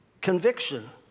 conviction